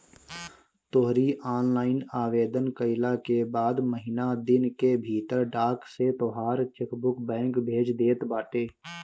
तोहरी ऑनलाइन आवेदन कईला के बाद महिना दिन के भीतर डाक से तोहार चेकबुक बैंक भेज देत बाटे